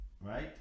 Right